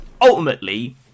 ultimately